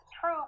true